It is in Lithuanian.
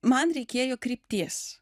man reikėjo krypties